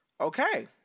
Okay